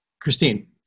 Christine